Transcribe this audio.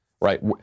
right